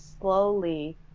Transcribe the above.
slowly